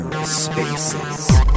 Spaces